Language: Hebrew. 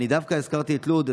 דווקא הזכרתי את לוד.